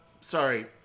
Sorry